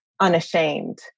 unashamed